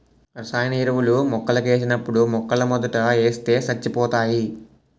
రసాయన ఎరువులు మొక్కలకేసినప్పుడు మొక్కలమోదంట ఏస్తే సచ్చిపోతాయి